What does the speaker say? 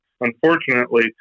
unfortunately